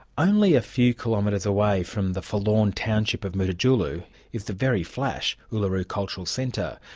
only a few kilometres away from the forlorn township of mutitjulu is the very flash uluru cultural centre,